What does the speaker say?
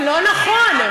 לא נכון.